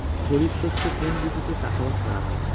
খরিফ শস্য কোন ঋতুতে চাষাবাদ করা হয়?